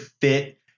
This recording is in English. fit